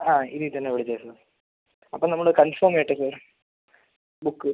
ആ ഇതിൽ തന്നെ വിളിച്ചേക്ക് അപ്പോൾ നമ്മള് കൺഫർം ചെയ്തിട്ട് ബുക്ക്